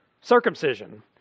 circumcision